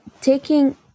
taking